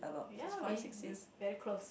ya we we very close